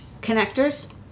connectors